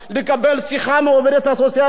לקבל שיחה מהעובדת הסוציאלית,